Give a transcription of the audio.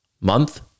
Month